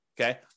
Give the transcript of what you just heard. okay